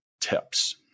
tips